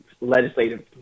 legislative